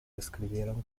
describieron